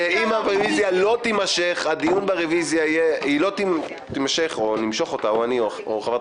אם הרביזיה לא תימשך או אם לא נמשוך אותה או אני או חברת